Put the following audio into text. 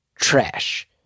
trash